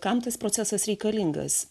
kam tas procesas reikalingas